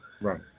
Right